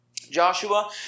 Joshua